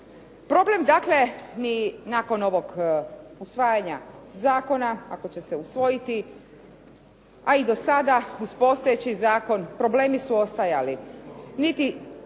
Problem dakle, ni nakon ovog usvajanja zakona ako će se usvojiti, a i do sada uz postojeći zakon problemi su ostajali.